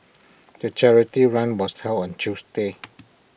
the charity run was held on Tuesday